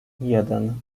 jeden